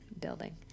building